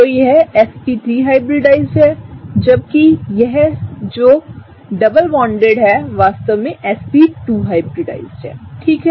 तोयहsp3हाइब्रिडाइज्ड है जबकि है जो डबल बांडेड है वास्तव में sp2 हाइब्रिडाइज्ड है ठीक है